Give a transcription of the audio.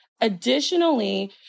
Additionally